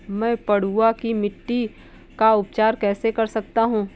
मैं पडुआ की मिट्टी का उपचार कैसे कर सकता हूँ?